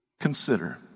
Consider